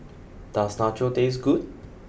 does Nachos taste good